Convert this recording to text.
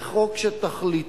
זה חוק שתכליתו